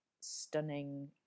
stunning